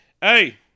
hey